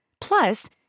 Plus